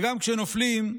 וגם כשנופלים,